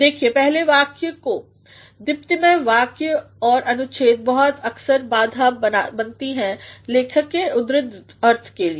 देखिए पहले वाक्य को को दीप्तिमय वाक्य औरअनुच्छेद बहुत अक्सर बाधा बनती हैं लेखक के उद्दिष्ट अर्थके लिए